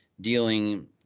dealing